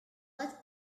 led